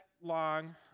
long